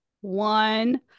one